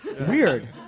Weird